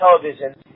television